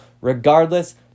Regardless